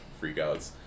freakouts